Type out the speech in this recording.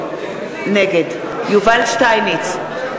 נגד יובל שטייניץ,